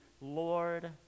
Lord